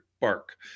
bark